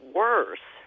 worse